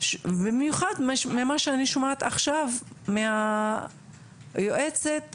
במיוחד ממה שאני שומעת עכשיו מהיועצת המשפטית,